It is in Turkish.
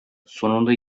sonunda